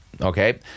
Okay